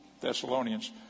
Thessalonians